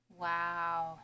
Wow